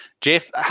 Jeff